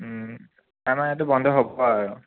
আমাৰ ইয়াতো বন্ধ হ'ব আৰু